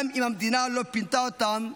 גם אם המדינה לא פינתה אותם רשמית.